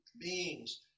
beings